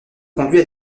conduit